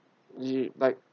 you like